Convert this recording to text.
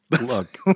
look